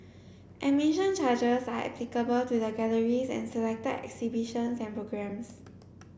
admission charges are applicable to the galleries and selected exhibitions and programmes